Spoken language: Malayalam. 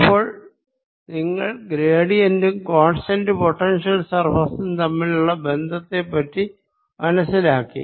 അപ്പോൾ നിങ്ങൾ ഗ്രേഡിയന്റ്ഉം കോൺസ്റ്റന്റ് പൊട്ടൻഷ്യൽ സർഫേസും തമ്മിലുള്ള ബന്ധത്തെപ്പറ്റി മനസ്സിലാക്കി